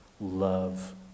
love